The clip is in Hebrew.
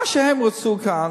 מה שהם רצו כאן,